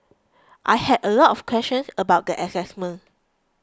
I had a lot of questions about the assignment